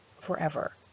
forever